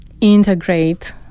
integrate